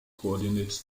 coordinates